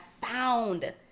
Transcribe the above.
found